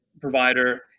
provider